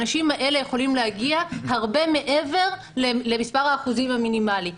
אנשים האלה יכולים להגיע הרבה מעבר למספר האחוזים המינימלי.